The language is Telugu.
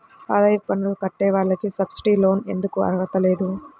ఆదాయ పన్ను కట్టే వాళ్లకు సబ్సిడీ లోన్ ఎందుకు అర్హత లేదు?